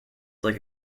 like